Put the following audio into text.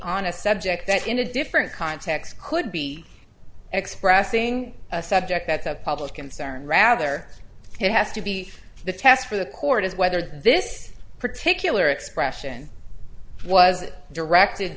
on a subject that in a different context could be expressing a subject that's of public concern rather it has to be the test for the court is whether this particular expression was directed